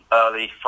early